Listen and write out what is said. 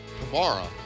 tomorrow